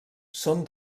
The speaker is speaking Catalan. són